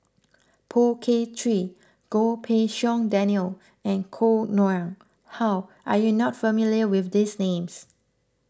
Poh Kay Swee Goh Pei Siong Daniel and Koh Nguang How are you not familiar with these names